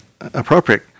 appropriate